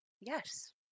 Yes